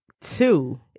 two